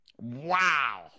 wow